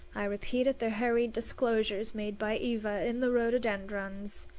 i repeated the hurried disclosures made by eva in the rhododendrons.